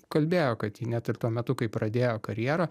kalbėjo kad ji net ir tuo metu kai pradėjo karjerą